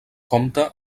compta